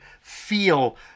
feel